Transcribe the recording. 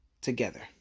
together